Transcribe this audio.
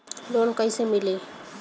Loan कइसे मिली?